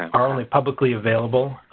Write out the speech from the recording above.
are only publicly available.